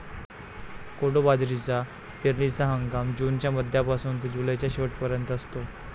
कोडो बाजरीचा पेरणीचा हंगाम जूनच्या मध्यापासून ते जुलैच्या शेवट पर्यंत असतो